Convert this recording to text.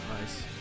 Nice